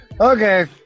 Okay